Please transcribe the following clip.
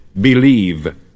believe